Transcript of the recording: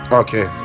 okay